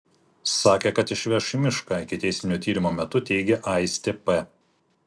sakė kad išveš į mišką ikiteisminio tyrimo metu teigė aistė p